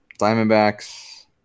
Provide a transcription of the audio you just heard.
Diamondbacks